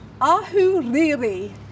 Ahuriri